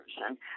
person